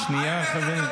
שנייה, רגע אחד.